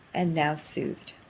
and now soothed!